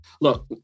Look